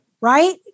Right